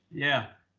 yeah.